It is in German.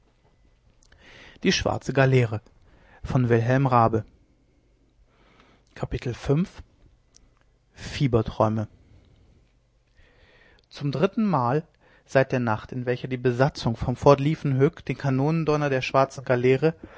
v fieberträume zum dritten mal seit der nacht in welcher die besatzung vom fort liefkenhoek den kanonendonner der schwarzen galeere